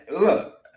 Look